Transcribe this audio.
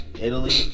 Italy